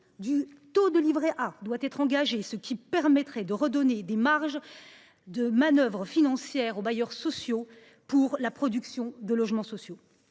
du taux du livret A permettrait notamment de redonner des marges de manœuvre financières aux bailleurs sociaux pour la production de logements sociaux.